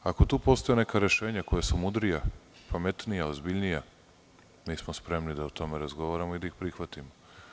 Ako postoje neka rešenja koja su mudrija, pametnija, ozbiljnija, mi smo spremni da o tome razgovaramo i da ih prihvatimo.